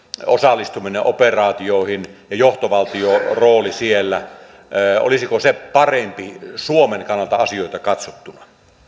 osallistuminen operaatioihin ja johtovaltiorooli siellä parempi suomen kannalta asioita katsottuna